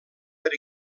per